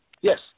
Yes